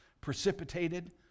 precipitated